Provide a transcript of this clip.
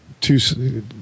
two